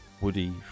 Woody